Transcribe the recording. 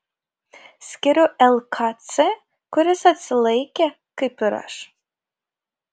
skiriu lkc kuris atsilaikė kaip ir aš